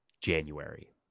January